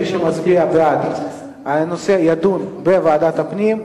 מי שמצביע בעד, הנושא יידון בוועדת הפנים.